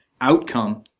outcome